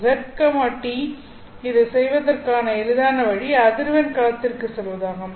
z t இதைச் செய்வதற்கான எளிதான வழி அதிர்வெண் களத்திற்குச் செல்வதாகும்